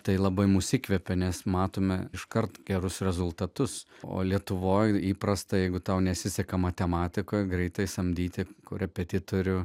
tai labai mus įkvepia nes matome iškart gerus rezultatus o lietuvoje įprasta jeigu tau nesiseka matematika greitai samdyti korepetitorių